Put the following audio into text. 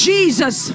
Jesus